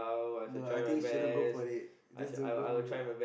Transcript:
no I think you shouldn't go for it just don't go for it